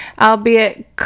albeit